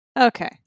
Okay